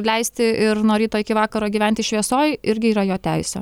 leisti ir nuo ryto iki vakaro gyventi šviesoj irgi yra jo teisė